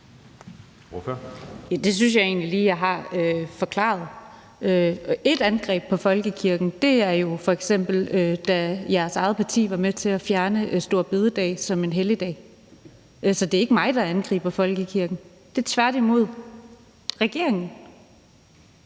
Det synes jeg egentlig jeg lige har forklaret. Det var f.eks. et angreb på folkekirken, da spørgerens eget parti var med til at fjerne store bededag som en helligdag. Så det er ikke mig, der angriber folkekirken – det er tværtimod regeringen.